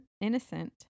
innocent